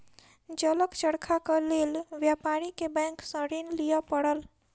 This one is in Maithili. जलक चरखाक लेल व्यापारी के बैंक सॅ ऋण लिअ पड़ल